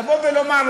לבוא ולומר,